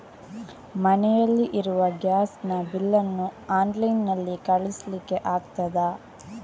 ಮನೆಯಲ್ಲಿ ಇರುವ ಗ್ಯಾಸ್ ನ ಬಿಲ್ ನ್ನು ಆನ್ಲೈನ್ ನಲ್ಲಿ ಕಳಿಸ್ಲಿಕ್ಕೆ ಆಗ್ತದಾ?